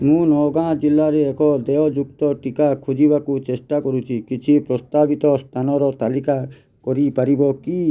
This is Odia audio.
ମୁଁ ନୂଆଗାଁ ଜିଲ୍ଲାରେ ଏକ ଦେୟଯୁକ୍ତ ଟିକା ଖୋଜିବାକୁ ଚେଷ୍ଟା କରୁଚି କିଛି ପ୍ରସ୍ତାବିତ ସ୍ଥାନର ତାଲିକା କରିପାରିବ କି